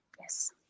Yes